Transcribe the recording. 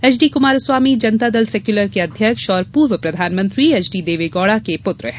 H D Kumaraswamy Janata Dal S के अध्यक्ष एवं पूर्व प्रधानमंत्री एचडी देवगौड़ा के पुत्र हैं